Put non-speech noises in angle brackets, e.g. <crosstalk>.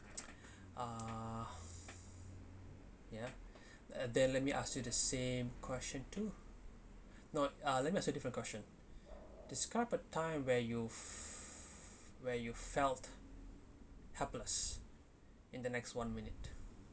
<breath> uh ya <breath> uh there let me ask you the same question too not uh let me ask you a different question <breath> describe a time where you where you felt helpless in the next one minute